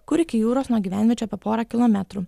kur iki jūros nuo gyvenviečių apie porą kilometrų